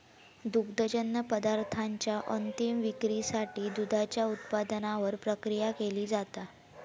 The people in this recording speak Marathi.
दुग्धजन्य पदार्थांच्या अंतीम विक्रीसाठी दुधाच्या उत्पादनावर प्रक्रिया केली जाता